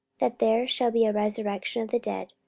that there shall be a resurrection of the dead,